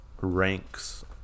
ranks